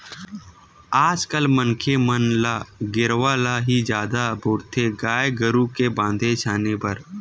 आज कल मनखे मन ल गेरवा ल ही जादा बउरथे गाय गरु के बांधे छांदे बर